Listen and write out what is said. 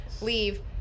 Leave